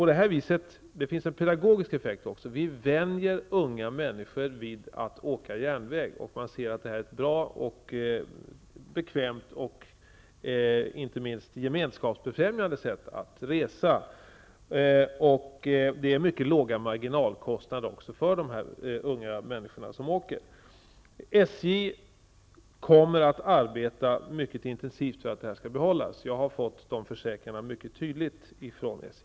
Det finns en pedagogisk effekt också, nämligen att vi vänjer unga människor vid att åka järnväg. Vi ser att detta är ett bra, ett bekvämt och, inte minst, ett gemensamhetsbefrämjande sätt att resa. Det drar mycket låga marginalkostnader för de unga människorna som åker. SJ kommer att arbeta mycket intensivt för att den här möjligheten skall finnas kvar. Jag har fått mycket tydliga försäkringar från SJ.